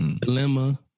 Dilemma